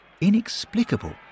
inexplicable